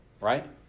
right